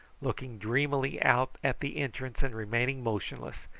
looking dreamily out at the entrance and remaining motionless,